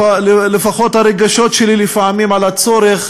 לפחות על הרגשות שלי, לפעמים, על הצורך,